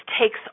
takes